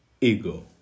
ego